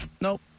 nope